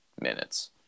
minutes